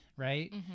right